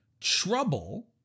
trouble